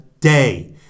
day